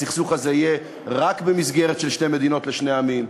הפתרון הזה יהיה רק במסגרת של שתי מדינות לשני עמים,